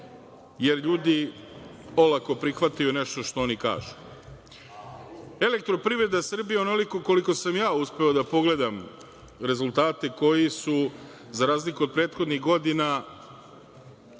jer ljudi olako prihvataju nešto što oni kažu.„Elektroprivrede Srbije“, onoliko koliko sam ja uspeo da pogledam rezultate koji su za razliku od prethodnih godina